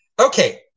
Okay